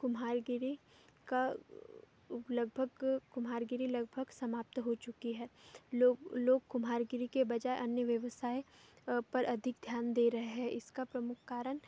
कुम्हारगिरी का लगभग कुम्हारगिरी लगभग समाप्त हो चुकी है लोग लोग कुम्हारगिरी के बजाए अन्य व्यवसाय पर अधिक ध्यान दे रहे हैं इसका प्रमुख कारण